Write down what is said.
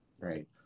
Right